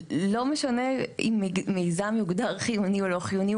לא משנה אם מיזם יוגדר חיוני או לא חיוני,